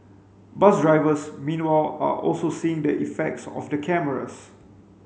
bus drivers meanwhile are also seeing the effects of the cameras